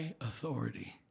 authority